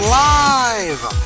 live